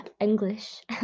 English